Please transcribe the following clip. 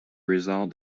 result